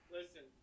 Listen